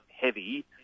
heavy